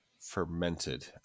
Fermented